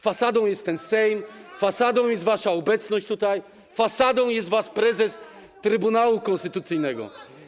Fasadą jest ten Sejm, fasadą jest wasza obecność tutaj, fasadą jest wasz prezes Trybunału Konstytucyjnego.